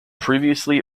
previously